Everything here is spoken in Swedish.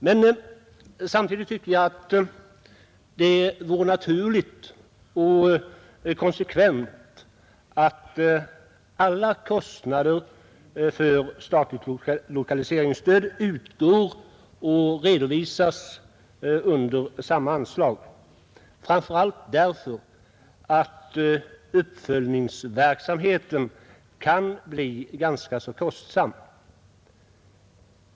Men samtidigt tycker jag att det vore naturligt och konsekvent att alla kostnader för statligt lokaliseringsstöd utgår och redovisas under samma anslag, framför allt därför att uppföljningsverksamheten kan bli ganska så kostsam.